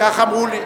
כך אמרו לי.